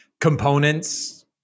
components